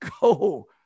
go